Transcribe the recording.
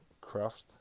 craft